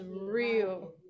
real